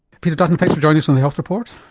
peter dutton thanks for joining us on the health report.